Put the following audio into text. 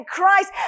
Christ